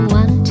one